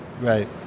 Right